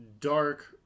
dark